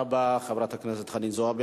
תודה רבה, חברת הכנסת חנין זועבי.